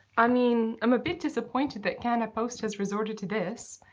i mean, i'm a bit disappointed that canada post has resorted to this,